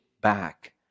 back